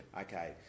Okay